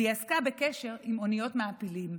והיא עסקה בקשר עם אוניות המעפילים.